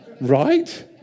right